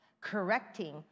correcting